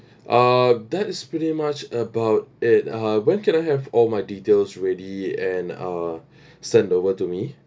uh that is pretty much about it uh when can I have all my details ready and uh send over to me